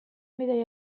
bidaia